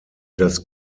das